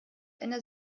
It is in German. einer